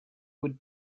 would